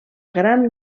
gran